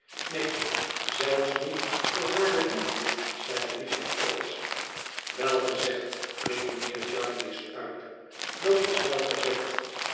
neen zelfs niet voor hare liefde zeide richard trotsch wel gezegd riep mijnheer jarndyce uit dat is wel gezegd